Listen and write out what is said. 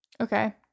Okay